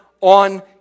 on